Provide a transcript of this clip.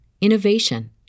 innovation